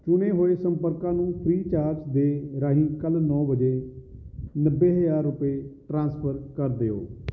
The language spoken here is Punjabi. ਚੁਣੇ ਹੋਏ ਸੰਪਰਕਾਂ ਨੂੰ ਫ੍ਰੀ ਚਾਰਜ ਦੇ ਰਾਹੀਂ ਕੱਲ੍ਹ ਨੌਂ ਵਜੇ ਨੱਬੇ ਹਜ਼ਾਰ ਰੁਪਏ ਟ੍ਰਾਂਸਫਰ ਕਰ ਦਿਓ